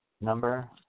number